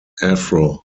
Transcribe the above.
afro